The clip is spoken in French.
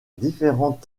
différentes